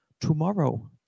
tomorrow